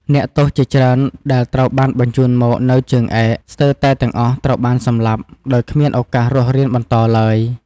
អ្នកទោសជាច្រើនដែលត្រូវបានបញ្ជូនមកនៅជើងឯក ស្ទើរតែទាំងអស់ត្រូវបានសម្លាប់ ដោយគ្មានឱកាសរស់រានបន្តឡើយ។